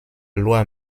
loi